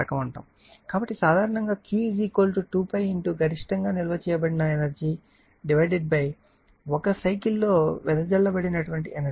కాబట్టి సాధారణంగా Q 2𝛑 గరిష్టంగా నిల్వ చేయబడిన ఎనర్జీ ఒక సైకిల్ లో వెదజల్లబడిన ఎనర్జీ